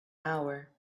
hour